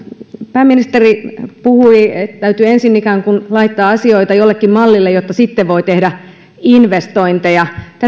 pääministeri puhui että täytyy ensin ikään kuin laittaa asioita jollekin mallille jotta sitten voi tehdä investointeja